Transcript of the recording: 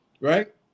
right